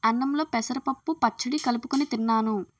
అన్నంలో పెసరపప్పు పచ్చడి కలుపుకొని తిన్నాను